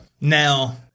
Now